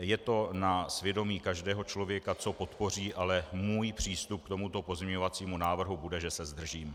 Je to na svědomí každého člověka, co podpoří, ale můj přístup k tomuto pozměňovacímu návrhu bude, že se zdržím.